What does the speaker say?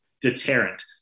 deterrent